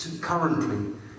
currently